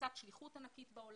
פריסת שליחות ענקית בעולם,